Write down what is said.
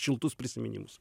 šiltus prisiminimus